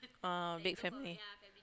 oh big family